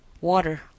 Water